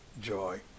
joy